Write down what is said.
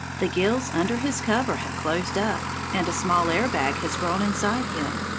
the gills under his cover have closed up, and a small air-bag has grown inside him.